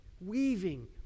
weaving